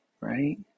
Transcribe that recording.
right